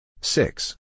six